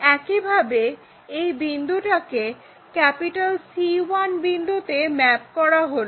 একইভাবে এই বিন্দুটাকে C1 বিন্দুতে ম্যাপ করা হলো